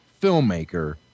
filmmaker